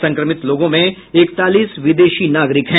संक्रमित लोगों में इकतालीस विदेशी नागरिक हैं